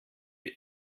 die